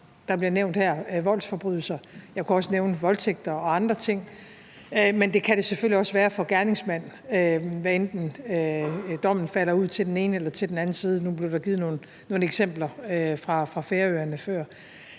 der bliver her nævnt voldsforbrydelser, og jeg kunne også nævne voldtægt og andre ting – men det kan det selvfølgelig også være for gerningsmanden, hvad enten dommen falder ud til den ene eller til den anden side. Nu blev der givet nogle eksempler fra Færøerne før.